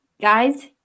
guys